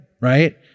right